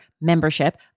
membership